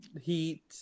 heat